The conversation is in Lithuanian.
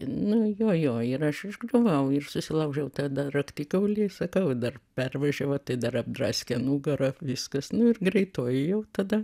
nu jo jo ir aš išgriuvau ir susilaužiau tada raktikaulį sakau dar pervažiavo tai dar apdraskė nugarą viskas nu ir greitoji jau tada